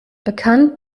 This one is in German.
bekannt